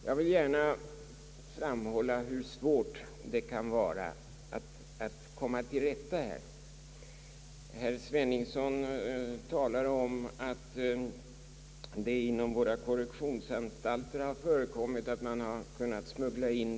Jag vill gärna framhålla hur svårt det kan vara att här åstadkomma någonting. Herr Sveningsson talade om att det inom våra korrektionsanstalter har förekommit att narkotika har kunnat smugglas in.